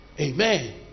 Amen